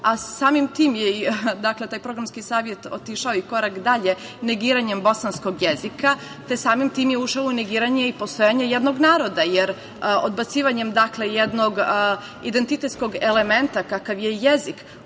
a samim tim je taj programski savet otišao i korak dalje negiranjem bosanskog jezika, te samim tim je ušao u negiranje i postojanje jednog naroda, jer odbacivanjem jednog identitetskog elementa kakav je jezik,